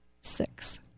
six